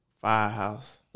Firehouse